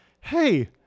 hey